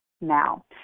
now